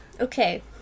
okay